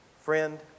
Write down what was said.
Friend